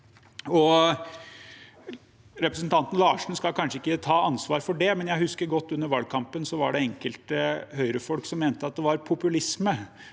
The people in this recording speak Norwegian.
Representanten Larsen skal kanskje ikke ta ansvaret for det, men jeg husker godt at det under valgkampen var enkelte Høyre-folk som mente at det var populisme